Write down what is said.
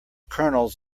kernels